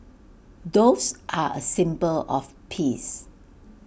doves are A symbol of peace